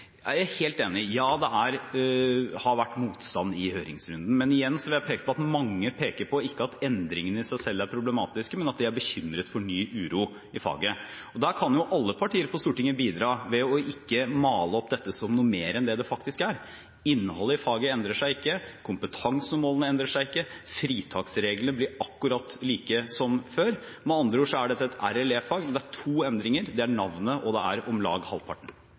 jeg helt enig i at det har vært motstand i høringsrunden, men igjen vil jeg peke på at mange peker på at endringene i seg selv ikke er problematiske, men de er bekymret for ny uro i faget. Og der kan jo alle partier på Stortinget bidra ved å ikke male opp dette som noe mer enn det faktisk er. Innholdet i faget endrer seg ikke, kompetansemålene endrer seg ikke, fritaksreglene blir akkurat de samme som før – med andre ord er dette et RLE-fag. Det er to endringer, det er navnet og det er om lag halvparten.